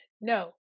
No